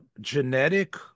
genetic